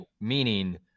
meaning